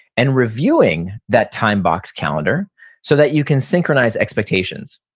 and reviewing that timebox calendar so that you can synchronize expectations.